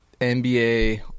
NBA